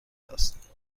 است